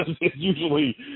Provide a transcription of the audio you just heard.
Usually